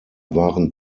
waren